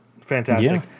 Fantastic